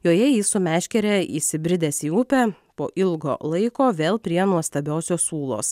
joje jis su meškere įsibridęs į upę po ilgo laiko vėl prie nuostabiosios ūlos